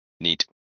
Neat